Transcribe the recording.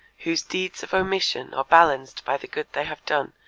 whose deeds of omission are balanced by the good they have done,